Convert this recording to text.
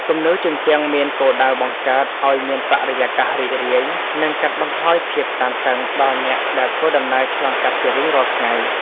គំនូរជញ្ជាំងមានគោលដៅបង្កើតឱ្យមានបរិយាកាសរីករាយ និងកាត់បន្ថយភាពតានតឹងដល់អ្នកដែលធ្វើដំណើរឆ្លងកាត់ជារៀងរាល់ថ្ងៃ។